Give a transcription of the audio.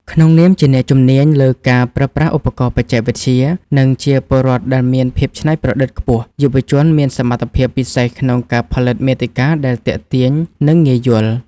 ក្នុងនាមជាអ្នកជំនាញលើការប្រើប្រាស់ឧបករណ៍បច្ចេកវិទ្យា និងជាពលរដ្ឋដែលមានភាពច្នៃប្រឌិតខ្ពស់ យុវជនមានសមត្ថភាពពិសេសក្នុងការផលិតមាតិកាដែលទាក់ទាញ និងងាយយល់។